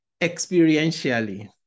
experientially